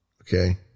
Okay